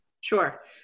Sure